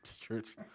Church